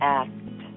act